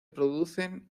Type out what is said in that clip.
producen